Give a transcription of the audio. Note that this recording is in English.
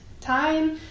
time